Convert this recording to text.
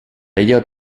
ello